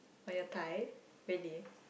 on your thigh really